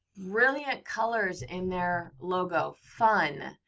brilliant colors in their logo. fun.